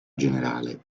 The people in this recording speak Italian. generale